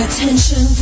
Attention